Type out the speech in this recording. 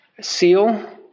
seal